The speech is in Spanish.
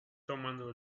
tomando